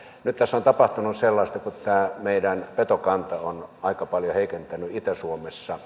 nyt tässä on tapahtunut sellaista kun meidän petokanta on aika paljon heikentänyt itä suomessa